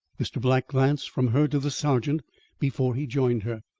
mr. black glanced from her to the sergeant before he joined her.